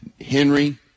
henry